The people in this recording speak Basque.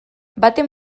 baten